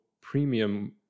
premium